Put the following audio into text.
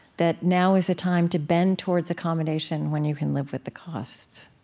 that now is the time to bend towards accommodation when you can live with the costs.